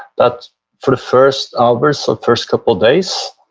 that for the first hours of first couple days,